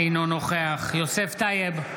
אינו נוכח יוסף טייב,